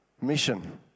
mission